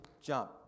jump